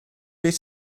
beth